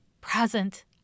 present